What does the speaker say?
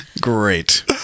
Great